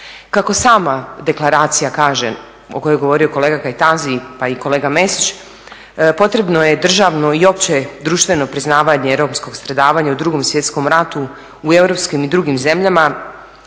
Kako sama Deklaracija kaže o kojoj je govorio kolega Kajtazi pa i kolega Mesić, potrebno je državno i opće društveno priznavanje romskog stradavanja u Drugom svjetskom ratu u europskim i drugim zemljama